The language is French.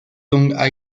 dong